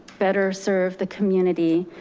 better serve the community,